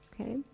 okay